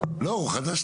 לא, הוא חד"ש-תע"ל.